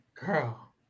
girl